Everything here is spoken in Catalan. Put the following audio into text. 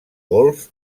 golf